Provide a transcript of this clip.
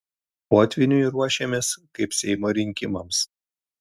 potvyniui ruošiamės kaip seimo rinkimams